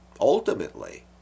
Ultimately